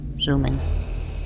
Zooming